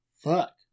Fuck